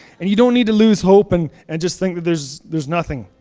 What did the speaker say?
and you don't need to lose hope and and just think that there's there's nothing.